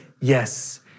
yes